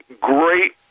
great